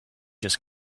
just